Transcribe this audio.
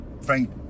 frank